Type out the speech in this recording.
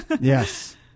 Yes